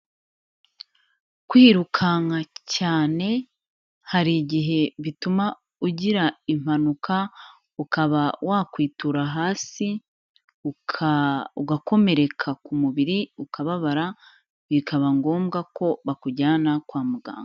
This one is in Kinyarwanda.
Kwirukanka cyane hari igihe bituma ugira impanuka, ukaba wakwitura hasi, ugakomereka ku mubiri ukababara, bikaba ngombwa ko bakujyana kwa muganga.